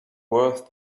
worth